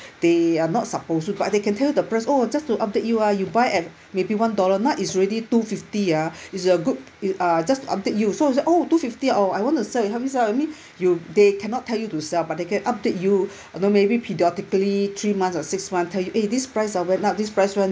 they are not supposed to but they can tell you the price orh just to update you ah you buy at maybe one dollar now it's already two fifty ah it's a good you uh just to update you so you say oh two fifty ah uh I want to sell help me sell I mean you they cannot tell you to sell but they can update you know maybe periodically three months or six months tell you eh this price ah went up this price went